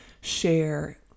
share